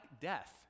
death